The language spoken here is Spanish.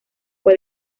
fue